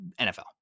NFL